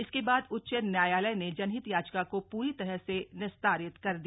इसके बाद उच्च न्यायालय ने जनहित याचिका को पूरी तरह से निस्तारित कर दिया